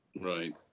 Right